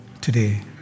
today